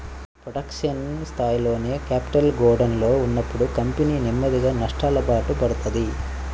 production స్థాయిలోనే capital గోడౌన్లలో ఉన్నప్పుడు కంపెనీ నెమ్మదిగా నష్టాలబాట పడతది